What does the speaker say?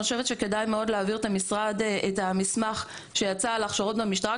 אני חושבת שכדאי מאוד להעביר את המסמך שיצא על הכשרות במשטרה,